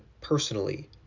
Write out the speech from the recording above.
personally